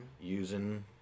using